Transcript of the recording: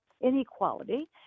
Inequality